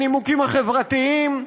הנימוקים החברתיים,